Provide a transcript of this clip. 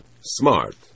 Smart